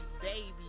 Baby